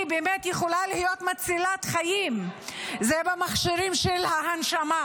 יכולה מצילת חיים במכשירים של ההנשמה,